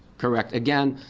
correct. again.